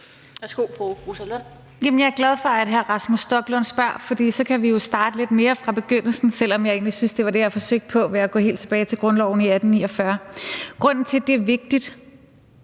Jeg er glad for, at hr. Rasmus Stoklund spørger, for så kan vi jo starte lidt mere fra begyndelsen, selv om jeg egentlig synes, det var det, jeg forsøgte på ved at gå helt tilbage til grundloven i 1849. Grunden til, at det er vigtigt,